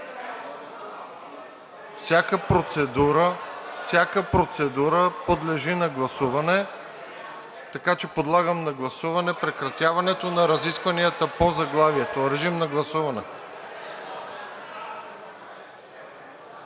Всяка процедура подлежи на гласуване, така че подлагам на гласуване прекратяването на разискванията по заглавието. Режим на гласуване.